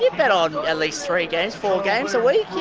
yeah bet on at least three games, four games a week. yeah